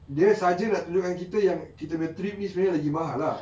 dia saje nak tunjuk dengan kita kita punya trip ni lagi mahal lah